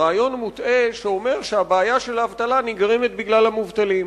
רעיון מוטעה שאומר שהבעיה של האבטלה נגרמת בגלל המובטלים